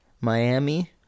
Miami